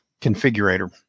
configurator